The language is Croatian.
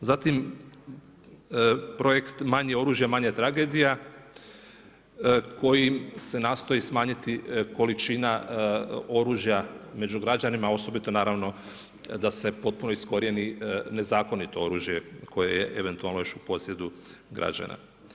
Zatim projekt manje oružje, manje tragedija, kojim se nastoji smanjiti količina oruđa među građanima, osobito naravno, da se potpuno iskorijeni nezakonito oružje koje je eventualno još u posjedu građana.